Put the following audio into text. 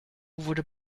wurde